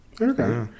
Okay